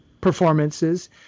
performances